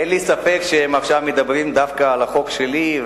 אין לי ספק שהם עכשיו מדברים ומתווכחים דווקא על החוק שלי.